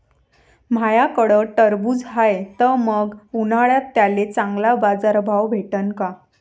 माह्याकडं टरबूज हाये त मंग उन्हाळ्यात त्याले चांगला बाजार भाव भेटन का?